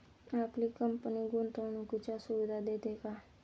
आपली कंपनी गुंतवणुकीच्या सुविधा देते का?